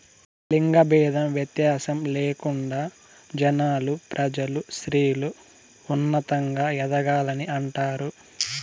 లింగ భేదం వ్యత్యాసం లేకుండా జనాలు ప్రజలు స్త్రీలు ఉన్నతంగా ఎదగాలని అంటారు